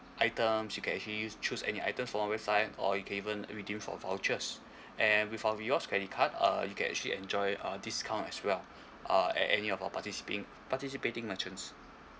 items you can actually use choose any item from website or you can even redeem for vouchers and with our rewards credit card uh you can actually enjoy a discount as well uh at any of our participating participating merchants